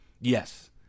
Yes